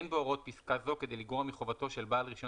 אין בהוראות פסקה זו כדי לגרוע מחובתו של בעל רישיון